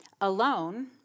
alone